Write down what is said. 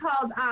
called